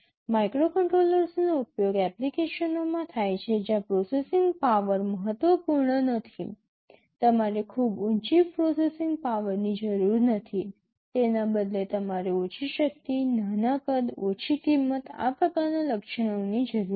માઇક્રોકન્ટ્રોલર્સનો ઉપયોગ એપ્લિકેશનોમાં થાય છે જ્યાં પ્રોસેસિંગ પાવર મહત્વપૂર્ણ નથી તમારે ખૂબ ઉચી પ્રોસેસિંગ પાવરની જરૂર નથી તેના બદલે તમારે ઓછી શક્તિ નાના કદ ઓછી કિંમત આ પ્રકારના લક્ષણોની જરૂર છે